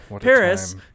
Paris